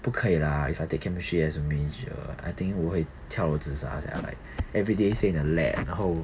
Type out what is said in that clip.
不可以 lah if I take chemistry as a major I think 我会跳楼自杀 sia like everyday stay in the lab 然后